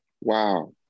Wow